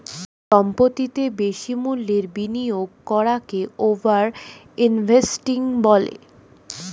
সম্পত্তিতে বেশি মূল্যের বিনিয়োগ করাকে ওভার ইনভেস্টিং বলে